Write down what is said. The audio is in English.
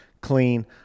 Clean